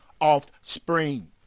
offspring